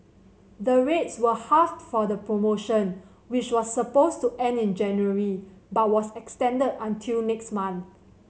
the rates were halved for the promotion which was supposed to end in January but was extended until next month